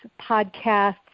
podcasts